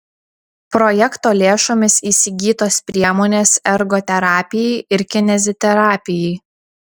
projekto lėšomis įsigytos priemonės ergoterapijai ir kineziterapijai